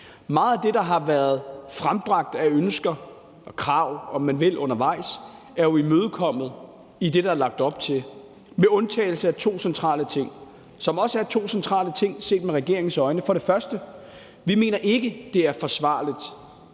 meget af det, der har været frembragt af ønsker og krav, om man vil, undervejs, er jo imødekommet i det, der er lagt op til, med undtagelse af to centrale ting, som også er to centrale ting set med regeringens øjne. Først og fremmest mener vi ikke, det er forsvarligt